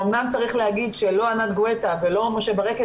ואומנם צריך להגיד שלא ענת גואטה ולא משה ברקת,